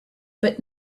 but